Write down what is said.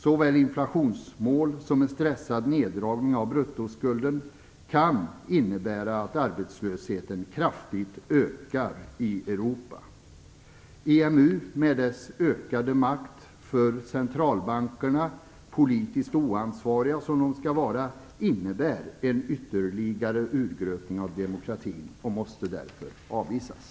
Såväl inflationsmål som en stressad neddragning av bruttoskulden kan innebära att arbetslösheten kraftigt ökar i Europa. EMU och dess ökade makt för centralbankerna - politiskt oansvariga som de skall vara - innebär en ytterligare utökning av demokratin och måste därför avvisas.